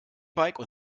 bike